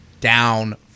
down